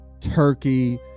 Turkey